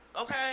Okay